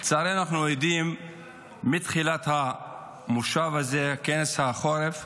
לצערי, מתחילת המושב הזה, כנס החורף,